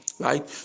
right